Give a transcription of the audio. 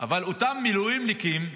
אבל אותם מילואימניקים,